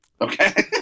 Okay